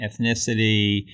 ethnicity